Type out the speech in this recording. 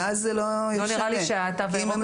לא נראה לי שהתו הירוק הזה,